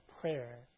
prayer